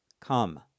Come